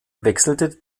wechselte